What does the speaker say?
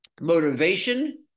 motivation